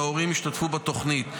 וההורים השתתפו בתוכנית.